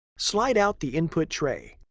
slide out the input tray.